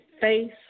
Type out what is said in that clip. face